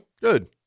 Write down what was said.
Good